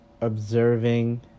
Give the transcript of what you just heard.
observing